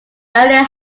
earlier